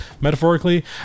metaphorically